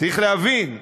צריך להבין,